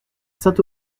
saint